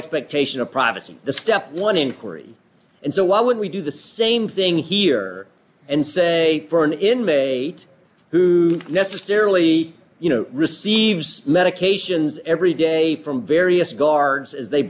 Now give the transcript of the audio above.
expectation of privacy the step one inquiry and so why would we do the same thing here and say for an inmate who necessarily you know receives medications every day from various guards as they